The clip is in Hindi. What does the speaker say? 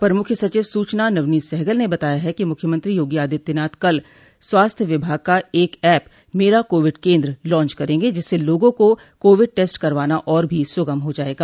अपर मुख्य सचिव सूचना नवनीत सहगल ने बताया कि मुख्यमंत्री योगी आदित्यनाथ कल स्वास्थ्य विभाग का एक app Mera Covid Kendra launch करेंगे जिससे लोगों को कोविड टेस्ट करवाना और भी सुगम हो जायेगा